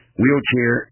wheelchair